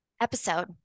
episode